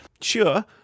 sure